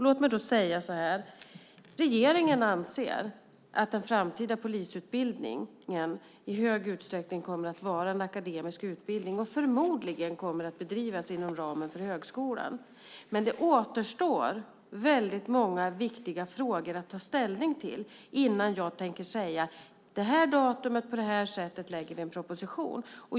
Låt mig då säga att regeringen anser att den framtida polisutbildningen i hög utsträckning kommer att vara en akademisk utbildning och förmodligen kommer att bedrivas inom ramen för högskolan, men det återstår väldigt många viktiga frågor att ta ställning till innan jag tänker säga att det här datumet kommer vi att lägga fram en proposition.